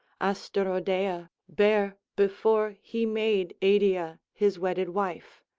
asterodeia, bare before he made eidyia his wedded wife,